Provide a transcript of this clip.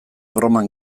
broman